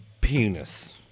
penis